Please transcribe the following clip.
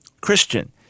Christian